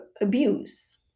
abuse